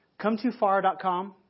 ComeTooFar.com